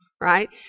Right